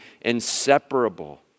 inseparable